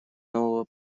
нового